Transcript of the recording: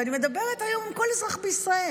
ואני מדברת היום עם כל אזרח בישראל,